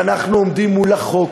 ואנחנו עומדים מול החוק,